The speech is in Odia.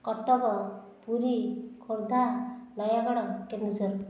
କଟକ ପୁରୀ ଖୋର୍ଦ୍ଧା ନୟାଗଡ଼ କେନ୍ଦୁଝର